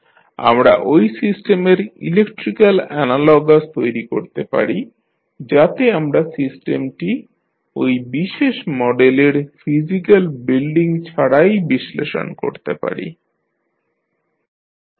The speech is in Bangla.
সেক্ষেত্রে আমরা ঐ সিস্টেমের ইলেকট্রিক্যাল অ্যানালগাস তৈরী করতে পারি যাতে সিস্টেমটি ঐ বিশেষ মডেলের ফিজিক্যাল বিল্ডিং ছাড়াই বিশ্লেষণ করা যায়